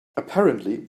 apparently